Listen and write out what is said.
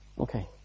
Okay